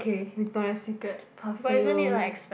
Victoria Secret perfume